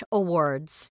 awards